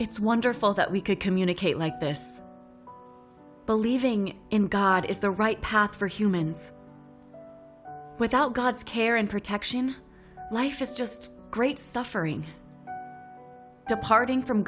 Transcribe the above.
it's wonderful that we could communicate like this believing in god is the right path for humans without god's care and protection life is just great suffering departing from